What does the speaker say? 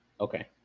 Okay